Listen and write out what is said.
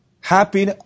Happy